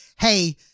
hey